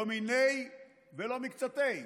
לא מניה ולא מקצתיה.